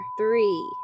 three